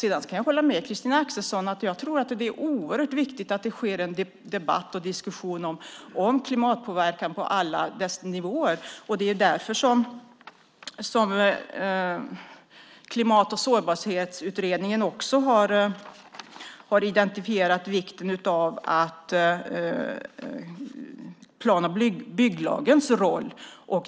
Jag kan hålla med Christina Axelsson om att det är oerhört viktigt att det sker en debatt och diskussion om klimatpåverkan på alla nivåer. Det är därför som Klimat och sårbarhetsutredningen har identifierat plan och bygglagens roll.